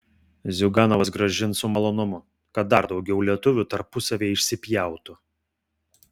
ziuganovas grąžins su malonumu kad dar daugiau lietuvių tarpusavyje išsipjautų